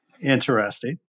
Interesting